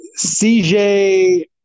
CJ